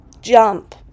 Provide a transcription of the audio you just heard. jump